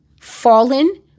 fallen